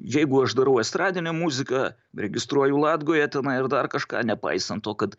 jeigu aš darau estradinę muziką registruoju latgoje tenai ar dar kažką nepaisant to kad